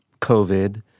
COVID